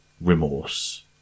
remorse